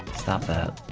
stopped that